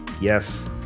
yes